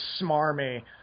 smarmy